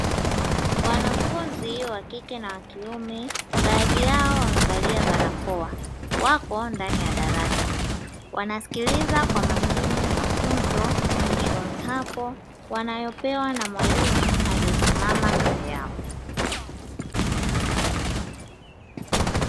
Wanafunzi wa kike na wa kiume baadhi yao wamevalia barakoa wako ndani ya darasa wanasikiliza kwa makini mafunzo ya chuoni apo wanayopewa na mwalimu aliesimama mbele yao.